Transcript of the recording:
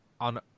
on